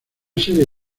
serie